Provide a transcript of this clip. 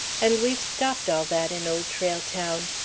and we've stopped all that in old trail town.